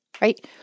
right